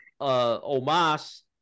Omas